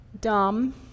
dumb